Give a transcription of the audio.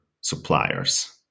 suppliers